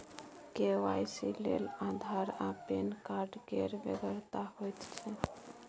KYC लेल आधार आ PAN card केर बेगरता होइत छै